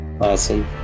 Awesome